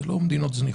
זה לא מדינות זניחות.